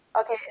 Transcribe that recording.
Okay